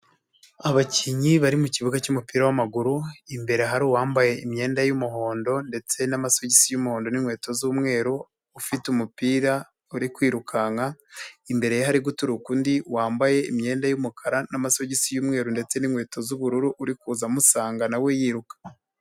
Abakinnyi bari mu kibuga cy'umupira w'amaguru imbere hari uwambaye imyenda y'umuhondo ndetse n'amasogisi y'umuhondo n'inkweto z'umweru ufite umupira uri kwirukanka, imbere ye hari guturuka undi wambaye imyenda y'umukara n'amasogisi y'umweru ndetse n'inkweto z'ubururu uri kuza amusanga na we yiruka.